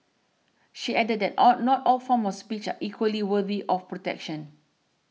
she added that all not all forms of speech equally worthy of protection